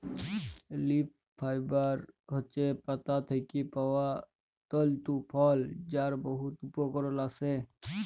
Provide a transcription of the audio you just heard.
leaf fibre হছে পাতা থ্যাকে পাউয়া তলতু ফল যার বহুত উপকরল আসে